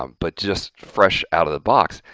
um but just fresh out of the box,